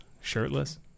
shirtless